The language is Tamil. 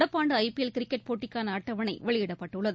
நடப்பாண்டு ஐபிஎல் கிரிக்கெட் போட்டிக்கான அட்டவணை வெளியிடப்பட்டுள்ளது